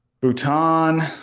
Bhutan